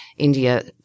India